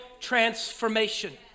transformation